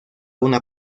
una